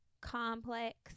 complex